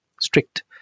strict